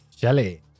Shelly